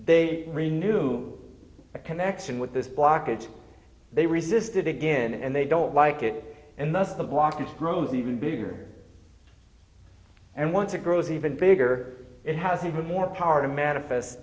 they renew a connection with this blockage they resist it again and they don't like it and thus the blockage grows even bigger and once it grows even bigger it has even more power to manifest